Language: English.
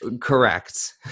correct